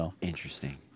Interesting